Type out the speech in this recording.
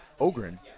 Ogren